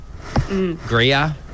Gria